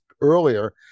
earlier